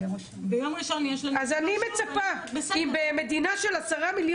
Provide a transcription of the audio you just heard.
ביום ראשון יש לנו --- אם במדינה של כמעט